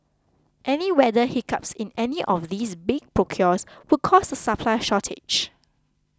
any weather hiccups in any of these big procures would cause a supply shortage